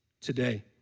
today